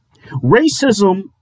Racism